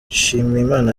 nshimiyimana